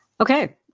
Okay